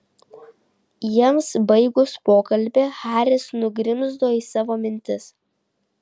jiems baigus pokalbį haris nugrimzdo į savo mintis